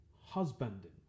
husbanding